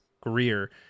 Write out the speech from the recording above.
Greer